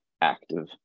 active